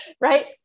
right